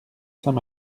saint